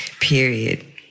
period